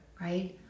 right